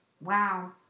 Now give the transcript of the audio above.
wow